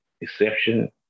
exception